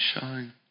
shine